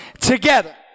together